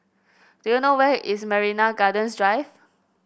do you know where is Marina Gardens Drive